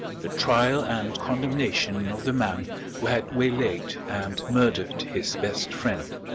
the trial and condemnation of the man who had waylaid and murdered his best friend.